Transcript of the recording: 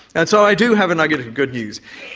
and so i do have a nugget of good news.